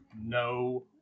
No